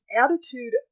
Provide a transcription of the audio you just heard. attitude